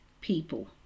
people